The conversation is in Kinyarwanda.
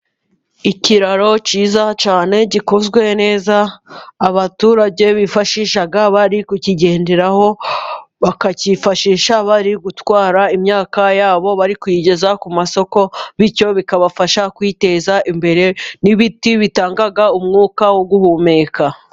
Ikiraro cyiza cyane gikozwe neza, abaturage bifashisha bari kukigenderaho, bakakifashisha bari gutwara imyaka yabo bari kuyigeza ku masoko, bityo bikabafasha kwiteza imbere, n'ibiti bitanga umwuka wo guhumeka.